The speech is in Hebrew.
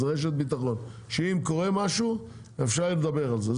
זו רשת ביטחון שאם קורה משהו אפשר לדבר על זה,